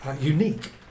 unique